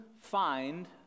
find